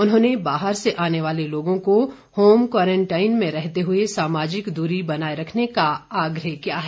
उन्होंने बाहर से आने वाले लोगों को होम क्वारंटीन में रहते हुए सामाजिक दूरी बनाए रखने का आग्रह किया है